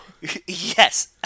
Yes